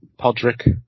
Podrick